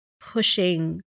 pushing